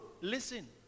listen